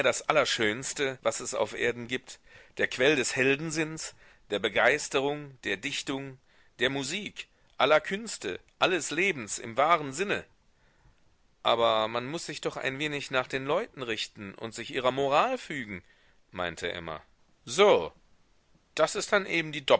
das allerschönste was es auf erden gibt der quell des heldensinns der begeisterung der dichtung der musik aller künste alles lebens im wahren sinne aber man muß sich doch ein wenig nach den leuten richten und sich ihrer moral fügen meinte emma so das ist dann eben die